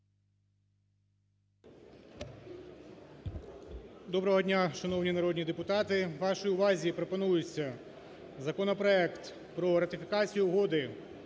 Доброго дня, шановні народні депутати! Вашій увазі пропонується законопроект про ратифікацію Угоди